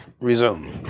resume